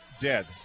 dead